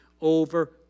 over